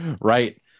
Right